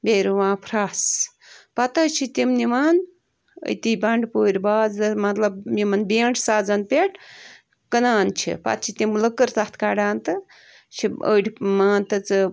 بیٚیہِ رُوان فریٚس پتہٕ حظ چھِ تِم نِوان أتی بنٛڈٕ پورِ بازر مطلب یِمن بیٚنٛڈ سازن پٮ۪ٹھ کٕنان چھِ پتہٕ چھِ تِم لٔکٕر تَتھ کَڑان تہٕ چھِ أڑۍ مان تہٕ ژٕ